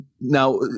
now